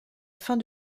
fin